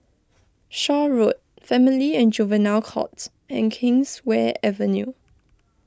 Shaw Road Family and Juvenile Courts and Kingswear Avenue